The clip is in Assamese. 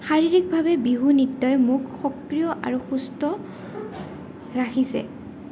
শাৰীৰিকভাৱে বিহু নৃত্যই মোক সক্ৰিয় আৰু সুস্থ ৰাখিছে